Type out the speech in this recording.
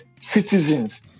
citizens